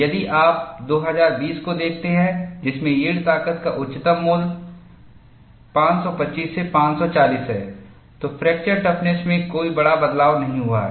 यदि आप 2020 को देखते हैं जिसमें यील्ड ताकत का उच्चतम मूल्य 525 से 540 है तो फ्रैक्चर टफनेस में कोई बड़ा बदलाव नहीं हुआ है